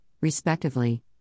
respectively